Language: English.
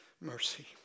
mercy